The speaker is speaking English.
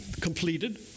completed